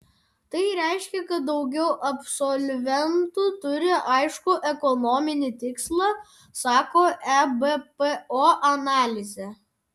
tai reiškia kad daugiau absolventų turi aiškų ekonominį tikslą sako ebpo analizė